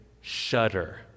shudder